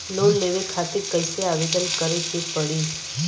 Loan लेवे खातिर कइसे आवेदन करें के पड़ी?